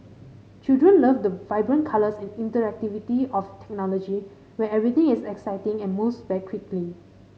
children love the vibrant colours and interactivity of technology where everything is exciting and moves very quickly